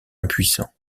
impuissant